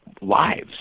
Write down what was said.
lives